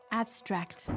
abstract